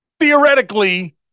theoretically